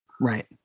Right